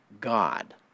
God